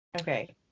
Okay